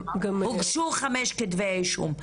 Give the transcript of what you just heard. יותר נכון הוגשו חמישה כתבי אישום.